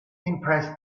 impressed